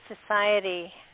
society